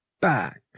back